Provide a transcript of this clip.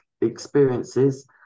experiences